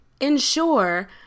ensure